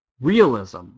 realism